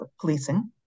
policing